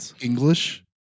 english